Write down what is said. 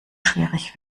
schwierig